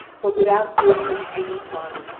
but without doing them any harm,